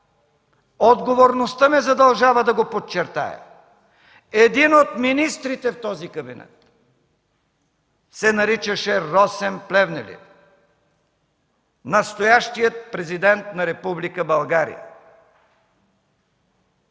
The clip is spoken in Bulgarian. отговорността ме задължава да го подчертая, един от министрите в този кабинет се наричаше Росен Плевнелиев – настоящият Президент на Република България.